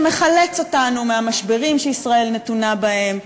שמחלץ אותנו מהמשברים שישראל נתונה בהם,